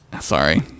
Sorry